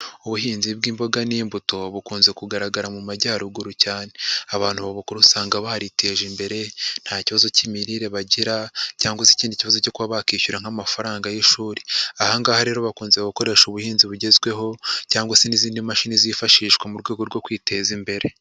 Ubuhinzi bw'imboga n'imbuto bukunze kugaragara mu Majyaruguru cyane, abantu babukora usanga bariteje imbere nta kibazo cy'imirire bagira cyangwa ikindi kibazo cyo kuba bakishyura nk'amafaranga y'ishuri, aha ngaha rero bakunze gukoresha ubuhinzi bugezweho cyangwa se n'izindi mashini zifashishwa mu rwego rwo kwiteza imbere.